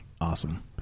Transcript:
Awesome